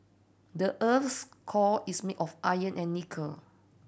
the earth core is made of iron and nickel